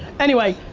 anyway.